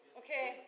okay